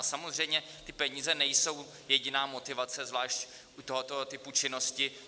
Samozřejmě ty peníze nejsou jediná motivace, zvlášť u tohoto typu činnosti.